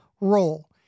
role